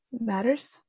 matters